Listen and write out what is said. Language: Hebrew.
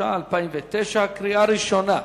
התש"ע 2009, קריאה ראשונה.